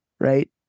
right